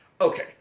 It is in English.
okay